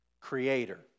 Creator